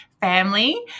family